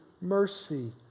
mercy